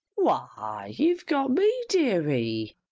why, you've got me, dearie.